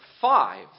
five